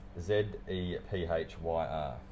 Z-E-P-H-Y-R